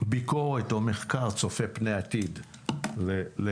ביקורת או מחקר צופת פני העתיד לירושלים.